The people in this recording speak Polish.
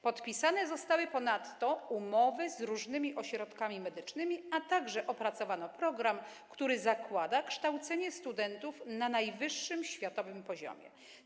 Podpisane zostały ponadto umowy z różnymi ośrodkami medycznymi, a także opracowano program, który zakłada kształcenie studentów na najwyższym światowym poziomie.